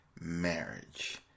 marriage